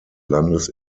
landes